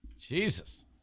Jesus